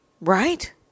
Right